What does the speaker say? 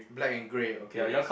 black and grey okay